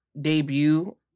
debut